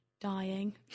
Dying